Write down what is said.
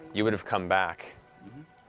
you would have come back.